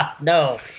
No